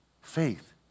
Faith